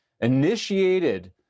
initiated